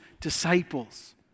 disciples